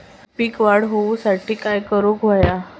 पीक वाढ होऊसाठी काय करूक हव्या?